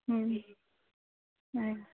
ம் ஆ